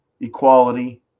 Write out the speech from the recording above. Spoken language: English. equality